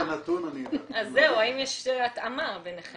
האם יש התאמה ביניכם?